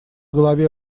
голове